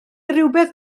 rywbeth